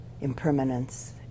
impermanence